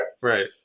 right